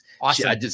Awesome